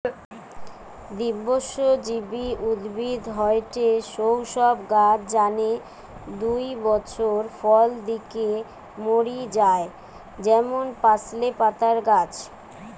দ্বিবর্ষজীবী উদ্ভিদ হয়ঠে সৌ সব গাছ যানে দুই বছর ফল দিকি মরি যায় যেমন পার্সলে পাতার গাছ